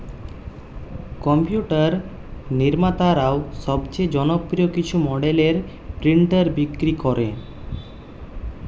computer নির্মাতারাও সবচেয়ে জনপ্রিয় কিছু মডেলের প্রিন্টার বিক্রি করে